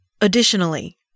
Additionally